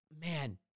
man